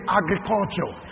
agriculture